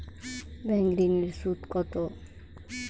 Bank ঋন এর সুদ কত?